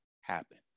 happen